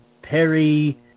Perry